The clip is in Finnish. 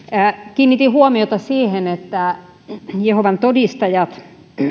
kiinnitin huomiota siihen että jehovan todistajat